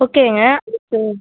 ஓகேங்க இப்போது